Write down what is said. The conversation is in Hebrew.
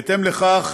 בהתאם לכך,